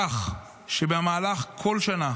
כך שבמהלך כל שנה